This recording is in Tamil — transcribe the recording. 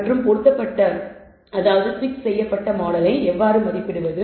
மற்றும் பொருத்தப்பட்ட மாடலை எவ்வாறு மதிப்பிடுவது